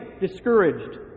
discouraged